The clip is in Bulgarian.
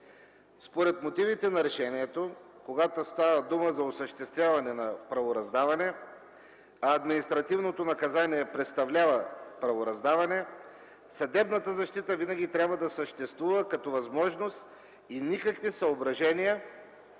Според мотивите на решението, когато става дума за осъществяване на правораздаване, а административното наказание представлява правораздаване, съдебната защита винаги трябва да съществува като възможност и никакви съображения